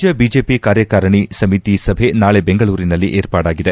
ರಾಜ್ಯ ಬಿಜೆಪಿ ಕಾರ್ಯಕಾರಿಣಿ ಸಮಿತಿ ಸಭೆ ನಾಳೆ ಬೆಂಗಳೂರಿನಲ್ಲಿ ಏರ್ಪಾಡಾಗಿದೆ